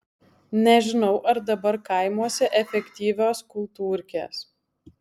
nežinau ar dabar kaimuose efektyvios kultūrkės